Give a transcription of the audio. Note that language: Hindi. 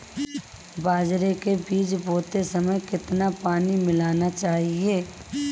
बाजरे के बीज बोते समय कितना पानी मिलाना चाहिए?